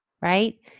right